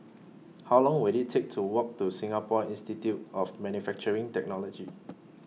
How Long Will IT Take to Walk to Singapore Institute of Manufacturing Technology